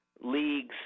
leagues